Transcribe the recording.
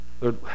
Lord